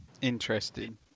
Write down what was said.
Interesting